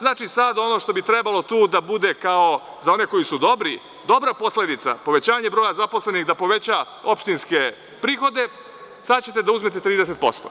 Znači, sada ono što bi trebalo tu da bude za one koji su dobra posledica, povećanje broja zaposlenih, da poveća opštinske prihode, sada ćete da uzmete 30%